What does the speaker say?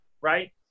right